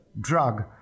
drug